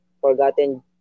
forgotten